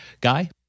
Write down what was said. guy